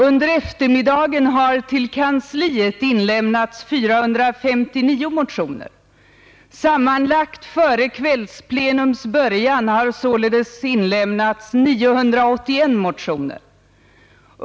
Under eftermiddagen har till kansliet inlämnats 459 motioner. Sammanlagt före kvällsplenums början har således inlämnats 981 motioner.